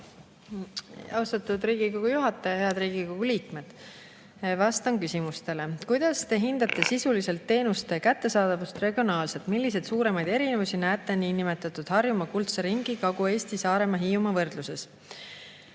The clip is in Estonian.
Austatud Riigikogu juhataja! Head Riigikogu liikmed! Vastan küsimustele. Kuidas te hindate sisuliselt teenuste kättesaadavust regionaalselt? Milliseid suuremaid erinevusi näete niinimetatud Harjumaa kuldse ringi, Kagu-Eesti, Saaremaa ja Hiiumaa võrdluses?